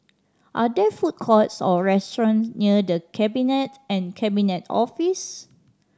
are there food courts or restaurants near The Cabinet and Cabinet Office